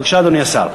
בבקשה, אדוני השר.